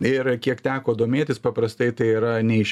ir kiek teko domėtis paprastai tai yra ne iš